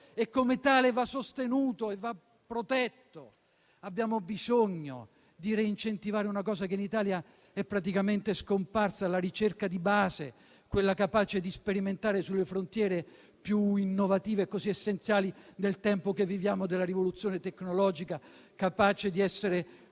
E come tale va sostenuto e va protetto. Abbiamo bisogno di incentivare una cosa che in Italia è praticamente scomparsa: la ricerca di base, capace di sperimentare sulle frontiere più innovative, così essenziali nel tempo che viviamo della rivoluzione tecnologica, capace di essere